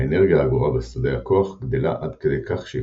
האנרגיה האגורה בשדה הכוח גדלה עד כדי כך שהיא